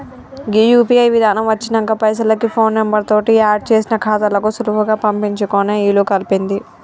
గీ UPI విధానం వచ్చినంక పైసలకి ఫోన్ నెంబర్ తోటి ఆడ్ చేసిన ఖాతాలకు సులువుగా పంపించుకునే ఇలుకల్పింది